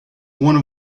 one